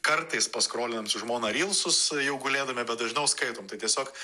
kartais paskrolinam su žmona rylsus jau gulėdami bet dažniau skaitom tai tiesiog